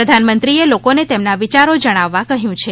પ્રધાનમંત્રીએ લોકોને તેમના વિયારો જણાવવા કહ્યું છે